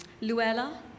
Luella